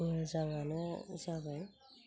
मोजाङानो जाबाय